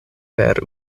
per